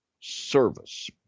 service